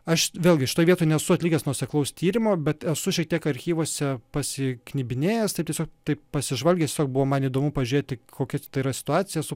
aš vėlgi šitoj vietoj nesu atlikęs nuoseklaus tyrimo bet esu šiek tiek archyvuose pasiknibinėjęs taip tiesiog taip pasižvalgęs tiesiog buvo man įdomu pažiūrėti kokia yra situacija esu